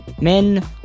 Men